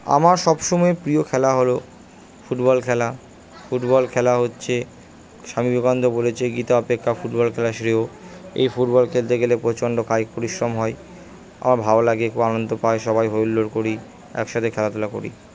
আমার সব সময় প্রিয় খেলা হলো ফুটবল খেলা ফুটবল খেলা হচ্ছে স্বামী বিবেকানন্দ বলেছে গীতা অপেক্ষা ফুটবল খেলা শ্রেয় এই ফুটবল খেলতে গেলে প্রচণ্ড কায়িক পরিশ্রম হয় আমার ভালো লাগে খুব আনন্দ পাই সবাই হই হুল্লোড় করি একসাথে খেলাধুলা করি